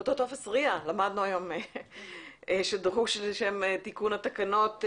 אותו טופס RIA שדרוש לשם תיקון התקנות,